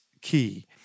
key